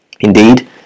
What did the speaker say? Indeed